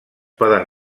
poden